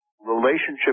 relationship